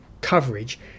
coverage